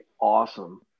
awesome